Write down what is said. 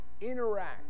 interact